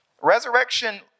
Resurrection